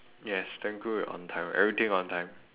yes thank god we're on time everything on time